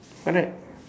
correct